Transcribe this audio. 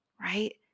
right